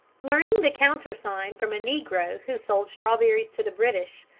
learning the countersign from a negro who sold strawberries to the british,